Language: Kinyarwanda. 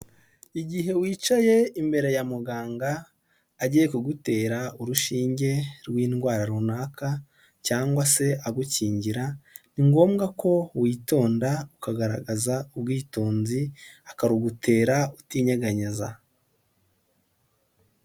Igihe wicaye imbere ya muganga, agiye kugutera urushinge rw'indwara runaka cyangwa se agukingira, ni ngombwa ko witonda ukagaragaza ubwitonzi, akarugutera utinyeganyeza.